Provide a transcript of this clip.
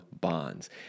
bonds